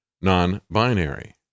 non-binary